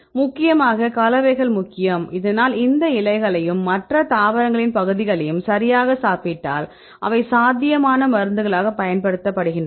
முக்கியமாக கலவைகள் முக்கியம் அதனால் இந்த இலைகளையும் மற்றும் தாவரங்களின் பல பகுதிகளையும் சரியாக சாப்பிட்டால் அவை சாத்தியமான மருந்துகளாகப் பயன்படுத்தப்படுகின்றன